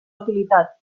utilitat